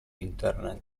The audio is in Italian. internet